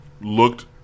looked